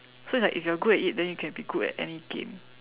so it's like if you're good at it then you can be good at any game